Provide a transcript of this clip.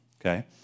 Okay